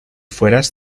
fueras